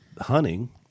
hunting